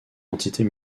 entités